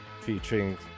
featuring